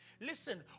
Listen